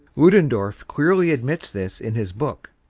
ludendorff clearly admits this in his book.